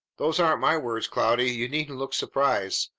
those aren't my words, cloudy you needn't look surprised.